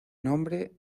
nombre